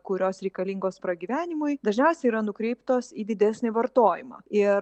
kurios reikalingos pragyvenimui dažniausiai yra nukreiptos į didesnį vartojimą ir